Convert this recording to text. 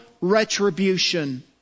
retribution